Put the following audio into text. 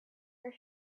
her